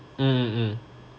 mm mm